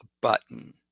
button